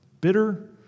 Bitter